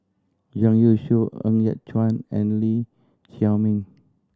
Zhang Youshuo Ng Yat Chuan and Lee Chiaw Meng